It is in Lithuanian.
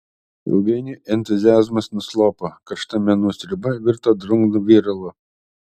ilgainiui entuziazmas nuslopo karšta menų sriuba virto drungnu viralu